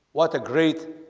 what a great